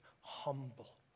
humble